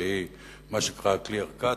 שהיא מה שנקרא clear cut,